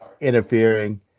interfering